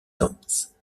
danse